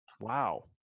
Wow